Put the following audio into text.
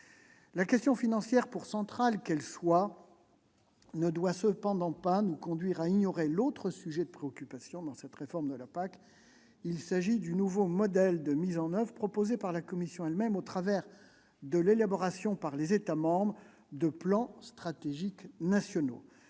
La question financière, pour centrale qu'elle soit, ne doit cependant pas nous conduire à ignorer l'autre sujet de préoccupation de cette réforme de la PAC, à savoir le nouveau modèle de mise en oeuvre proposé par la Commission elle-même au travers de l'élaboration par les États membres de plans stratégiques nationaux.